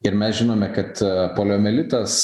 ir mes žinome kad poliomielitas